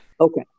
Okay